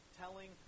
telling